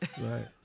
Right